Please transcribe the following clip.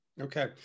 Okay